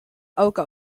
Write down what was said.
auge